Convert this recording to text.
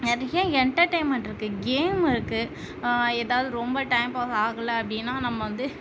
நிறைய என்டர்டெய்ன்மெண்ட் இருக்குது கேம் இருக்குது ஏதாவது ரொம்ப டைம் பாஸ் ஆகலை அப்படின்னா நம்ம வந்து